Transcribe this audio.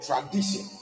tradition